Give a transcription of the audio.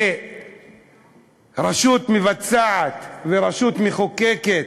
כרשות מבצעת ורשות מחוקקת,